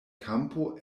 kampo